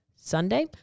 Sunday